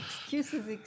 Excuses